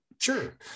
Sure